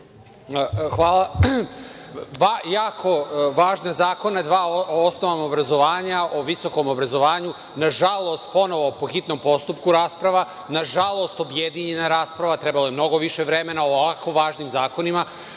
Hvala. Dva jako važna zakona o osnovama obrazovanja, o visokom obrazovanju, nažalost ponovo po hitnom postupku rasprava. Nažalost, objedinjena rasprava, trebalo je mnogo više vremena o ovako važnim zakonima.